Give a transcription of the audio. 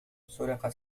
سُرقت